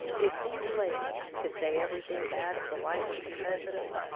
if these ladies, could say everything bad of the wife of the president,